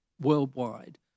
worldwide